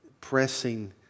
pressing